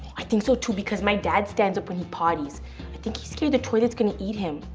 i think so too, because my dad stands up when he potties. i think he's scared the toilet's gonna eat him.